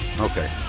okay